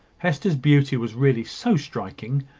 hester's beauty was really so striking,